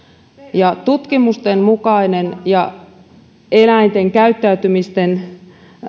tutkimusten mukainen ja eläinten käyttäytymisen